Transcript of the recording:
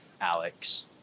alex